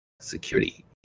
security